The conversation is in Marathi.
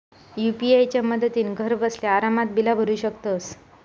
यू.पी.आय च्या मदतीन घरबसल्या आरामात बिला भरू शकतंस